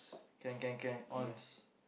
can can can on